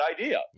idea